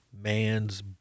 man's